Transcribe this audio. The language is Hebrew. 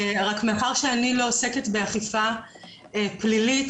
מאחר שאני לא עוסקת באכיפה פלילית,